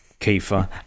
Kiefer